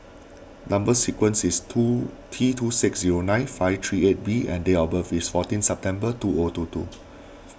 Number Sequence is two T two six zero nine five three eight B and date of birth is fourteen September two O two two